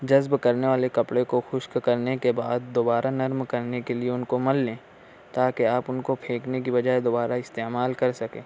جذب کرنے والے کپڑے کو خشک کرنے کے بعد دوبارہ نرم کرنے کے لئے ان کو مل لیں تاکہ آپ ان کو پھیکنے کے بجائے دوبارہ استعمال کر سکیں